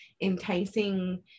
enticing